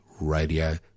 radio